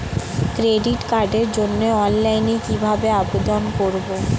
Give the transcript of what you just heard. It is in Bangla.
ক্রেডিট কার্ডের জন্য অনলাইনে কিভাবে আবেদন করব?